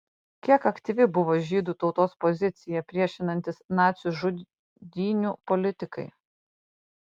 kiek aktyvi buvo žydų tautos pozicija priešinantis nacių žudynių politikai